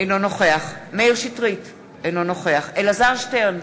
אינו נוכח מאיר שטרית, אינו נוכח אלעזר שטרן,